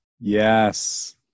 Yes